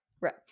Right